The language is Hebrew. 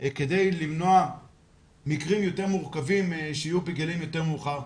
כדי למנוע מקרים יותר מורכבים שיהיו בגילאים יותר מאוחרים.